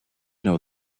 know